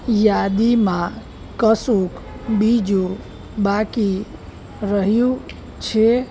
યાદીમાં કશુંક બીજું બાકી રહ્યું છે